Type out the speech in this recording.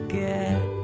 get